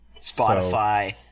Spotify